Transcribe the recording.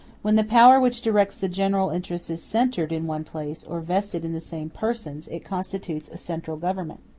when the power which directs the general interests is centred in one place, or vested in the same persons, it constitutes a central government.